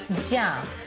yeah.